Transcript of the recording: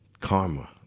karma